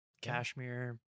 cashmere